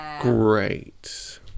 Great